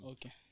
Okay